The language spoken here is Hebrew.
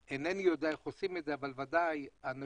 אינני יודע איך עושים את זה אבל בוודאי האנשים